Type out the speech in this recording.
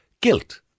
guilt